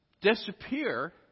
disappear